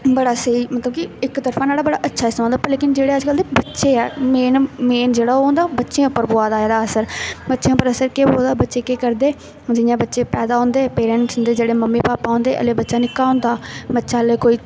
बड़ा स्हेई मतलब कि इक तरफा न्हाड़ा बड़ा अच्छा इसदा मततब लेकिन जेह्ड़े अज्जकल दे बच्चे ऐ मेन ऐ मेन जेह्ड़ा ओह् होंदा ओह् बच्चें उप्पर पवै दा एह्दा असर बच्चें पर असर केह् पवै दा बच्चे केह् करदे जि'यां बच्चे पैदा होंदे पेरैंट्स उं'दे जेह्ड़े मम्मी पापा होंदे हल्ली बच्चा निक्का होंदा बच्चा हल्ले कोई